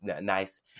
nice